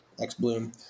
X-Bloom